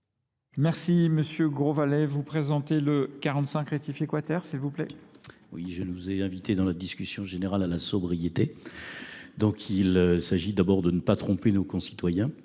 Merci, M. Grosvalet. Vous présentez le 45 Rétif Equataire, s'il vous plaît. Oui, je vous ai invité dans la discussion générale à la sobriété. Donc il s'agit d'abord de ne pas tromper nos concitoyens,